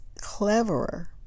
cleverer